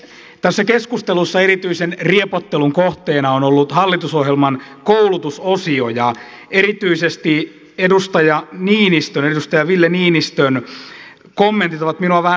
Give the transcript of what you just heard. tässä keskustelussa erityisen riepottelun kohteena on ollut hallitusohjelman koulutusosio ja erityisesti edustaja niinistön edustaja ville niinistön kommentit ovat minua vähän hämmästyttäneet